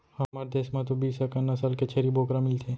हमर देस म तो बीस अकन नसल के छेरी बोकरा मिलथे